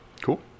Cool